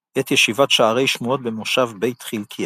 את ישיבת שערי שמועות במושב בית חלקיה.